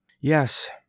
Yes